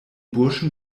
burschen